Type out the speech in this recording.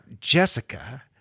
Jessica